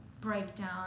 breakdown